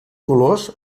colors